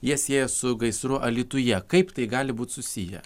jie sieja su gaisru alytuje kaip tai gali būt susiję